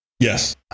Yes